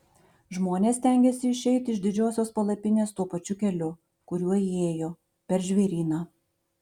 žmonės stengiasi išeiti iš didžiosios palapinės tuo pačiu keliu kuriuo įėjo per žvėryną